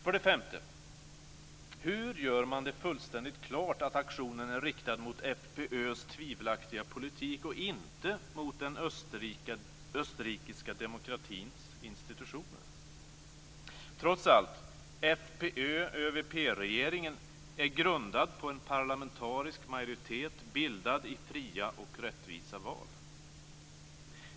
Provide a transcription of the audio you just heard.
För det femte undrar jag hur man gör det fullständigt klart att aktionen är riktad mot FPÖ:s tvivelaktiga politik och inte mot den österrikiska demokratins institutioner? Trots allt är FPÖ-ÖVP-regeringen grundad på en parlamentarisk majoritet bildad i fria och rättvisa val.